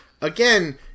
again